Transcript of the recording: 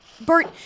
Bert